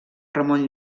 ramon